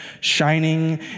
shining